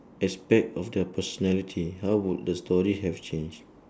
aspect of the personality how would the story have changed